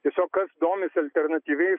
tiesiog kas domisi alternatyviais